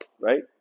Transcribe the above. right